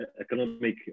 economic